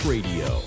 Radio